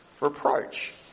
reproach